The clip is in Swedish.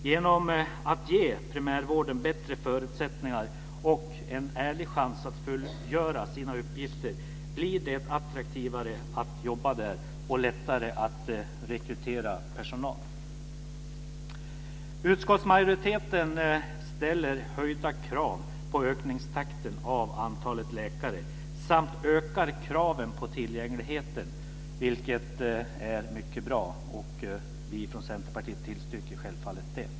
Genom att ge primärvården bättre förutsättningar och en ärlig chans att fullgöra sina uppgifter blir det attraktivare att jobba där och lättare att rekrytera personal. Utskottsmajoriteten ställer större krav på ökningstakten i fråga om antalet läkare samt ställer större krav på tillgänglighet, vilket är mycket bra. Och vi från Centerpartiet tillstyrker självfallet det.